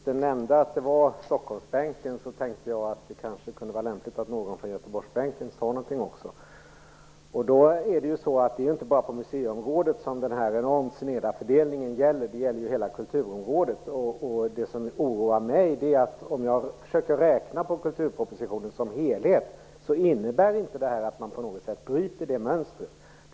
Fru talman! Eftersom kulturministern nämnde Stockholmsbänken tänkte jag att det kanske kunde vara lämpligt att någon från Göteborgsbänken också sade någonting. Den enormt sneda fördelningen gäller ju inte bara på museiområdet. Den gäller hela kulturområdet. När jag försöker räkna på kulturpropositionen som helhet ser jag att den inte innebär att man på något sätt bryter det mönstret. Det är något som oroar mig.